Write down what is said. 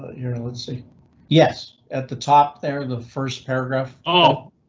yeah, let's see yes at the top there the first paragraph. oh,